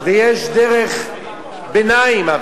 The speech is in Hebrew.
יש דרך ביניים,